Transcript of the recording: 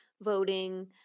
voting